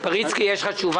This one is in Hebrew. חנן פריצקי, יש לך תשובה?